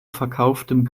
verkauftem